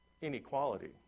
Inequality